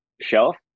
shelf